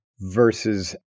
versus